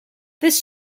this